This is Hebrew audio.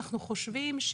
אנחנו חושבים,